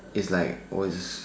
it's like !woah!